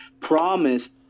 promised